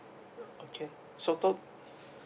okay so to